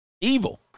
Evil